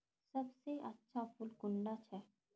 सबसे अच्छा फुल कुंडा छै?